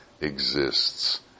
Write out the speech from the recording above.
exists